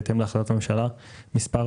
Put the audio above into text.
בהתאם להחלטת ממשלה מס'